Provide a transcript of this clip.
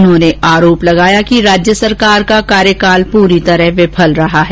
उन्होंने आरोप लगाया कि राज्य सरकार का कार्यकाल पूरी तरह विफल रहा है